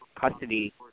custody